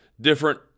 different